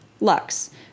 Lux